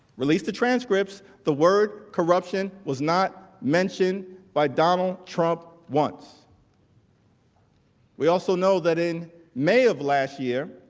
release the transcripts the word corruption was not mentioned by donald trump wants we also know that in may of last year